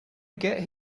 get